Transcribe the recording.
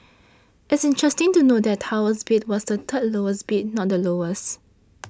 it's interesting to note that Tower's bid was the third lowest bid not the lowest